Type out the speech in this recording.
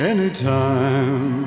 Anytime